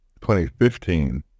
2015